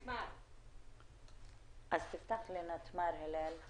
תקנות שעת חירום אפשרו משיכה שלהם גם לגופים שברגיל לא מפעילים שירות